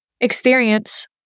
experience